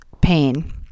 pain